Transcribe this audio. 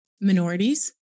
minorities